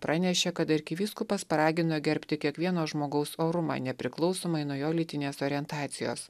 pranešė kad arkivyskupas paragino gerbti kiekvieno žmogaus orumą nepriklausomai nuo jo lytinės orientacijos